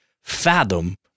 fathom